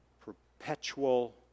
perpetual